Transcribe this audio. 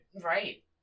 Right